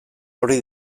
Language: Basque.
hori